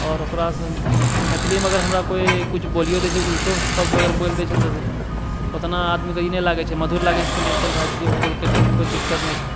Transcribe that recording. आओर ओकरासँ मैथिलीमे अगर हमरा कोइ किछु बोलिओ दै छै किछु उल्टो शब्द अगर बोलिओ दै छै तऽ ओतना आदमीके नहि लागै छै चलू चुप भऽ जै छै बोलके कोइ दिक्कत नहि छै